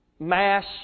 Mass